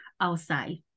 outside